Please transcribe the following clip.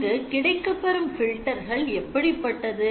இங்கு கிடைக்கப்பெறும் filter கள் எப்படிப்பட்டது